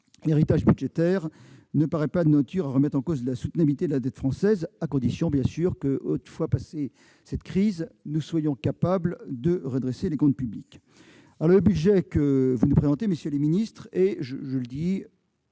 héritage budgétaire ne paraît pas de nature à remettre en cause la soutenabilité de la dette française, à condition que, bien entendu, une fois cette crise passée, nous soyons capables de redresser les comptes publics. Le budget que vous nous présentez, messieurs les ministres, est, je le dis